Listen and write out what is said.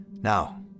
Now